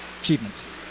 achievements